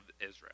Israel